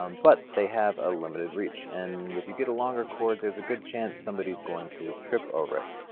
um but they have a limited reach and if you get a longer cord there's a good chance somebody is going to trip over it.